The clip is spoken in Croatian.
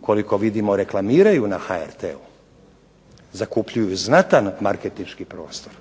koliko vidim reklamiraju na HRT-u, zakupljuju znatan markentinški prostor.